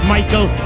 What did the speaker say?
Michael